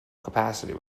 capacity